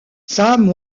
sam